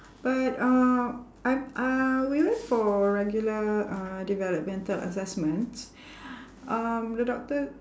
but uh I'm uh we went for regular uh developmental assessments um the doctor